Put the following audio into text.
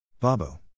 Babbo